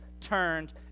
turned